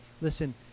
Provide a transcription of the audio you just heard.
listen